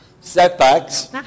Setbacks